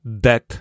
death